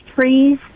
trees